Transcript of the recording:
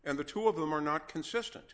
and the two of them are not consistent